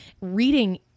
Reading